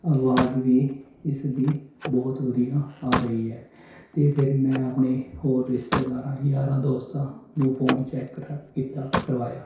ਆਵਾਜ਼ ਵੀ ਇਸਦੀ ਬਹੁਤ ਵਧੀਆ ਆ ਰਹੀ ਹੈ ਅਤੇ ਫਿਰ ਮੈਂ ਆਪਣੇ ਹੋਰ ਰਿਸ਼ਤੇਦਾਰਾਂ ਯਾਰਾਂ ਦੋਸਤਾਂ ਨੂੰ ਫੋਨ ਚੈੱਕ ਕਰਾ ਕੀਤਾ ਕਰਵਾਇਆ